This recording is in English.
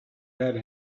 had